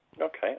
Okay